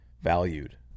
valued